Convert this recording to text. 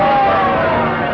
or